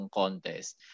contest